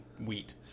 wheat